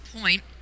point